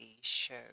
show